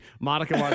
Monica